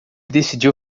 decidiu